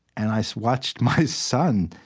and i so watched my son